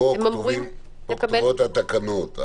כאן התקנות.